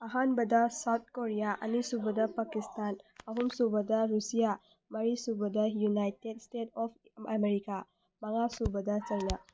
ꯑꯍꯥꯟꯕꯗ South Korea ꯑꯅꯤꯁꯨꯕꯗ ꯄꯥꯀꯤꯁꯇꯥꯟ ꯑꯍꯨꯝꯁꯨꯕꯗ ꯔꯨꯁꯤꯌꯥ ꯃꯔꯤꯁꯨꯕꯗ ꯌꯨꯅꯥꯏꯇꯦꯠ ꯏꯁꯇꯦꯠꯁ ꯑꯣꯐ ꯑꯥꯃꯦꯔꯤꯀꯥ ꯃꯉꯥꯁꯨꯕꯗ ꯆꯩꯅꯥ